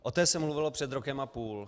O té se mluvilo před rokem a půl.